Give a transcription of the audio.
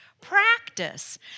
practice